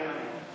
מתחייב אני